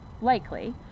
likely